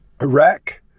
Iraq